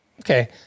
Okay